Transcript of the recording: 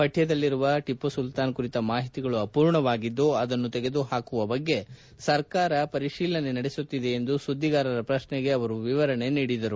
ಪಠ್ಯದಲ್ಲಿರುವ ಟಿಪ್ಪು ಸುಲ್ತಾನ್ ಕುರಿತ ಮಾಹಿತಿಗಳು ಅರ್ಮೂರ್ಣವಾಗಿದ್ದು ಅದನ್ನು ತೆಗೆದು ಹಾಕುವ ಬಗ್ಗೆ ಸರ್ಕಾರ ಪರಿಶೀಲನೆ ನಡೆಸುತ್ತಿದೆ ಎಂದು ಸುದ್ದಿಗಾರರ ಪ್ರಶ್ನೆಗೆ ಅವರು ವಿವರಣೆ ನೀಡಿದರು